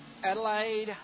Adelaide